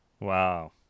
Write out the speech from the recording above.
Wow